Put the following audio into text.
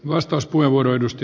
arvoisa puhemies